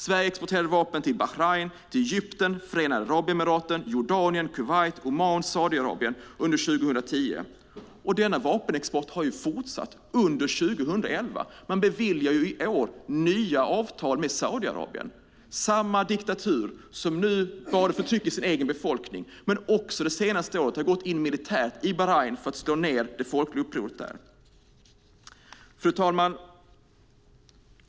Sverige exporterade vapen till Bahrain, Egypten, Förenade Arabemiraten, Jordanien, Kuwait, Oman och Saudiarabien under 2010, och denna vapenexport har fortsatt under 2011. Man beviljar i år nya avtal med Saudiarabien - samma diktatur som både förtrycker sin egen befolkning och det senaste året även gått in militärt i Bahrain för att slå ned det folkliga upproret där. Fru talman!